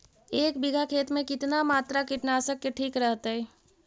एक बीघा खेत में कितना मात्रा कीटनाशक के ठिक रहतय?